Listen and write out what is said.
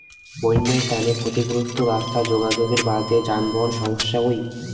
বইন্যার তানে ক্ষতিগ্রস্ত রাস্তা যোগাযোগের বাদে যানবাহন সমস্যা হই